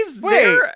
wait